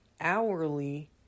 hourly